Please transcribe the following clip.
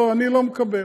לא, אני לא מקבל.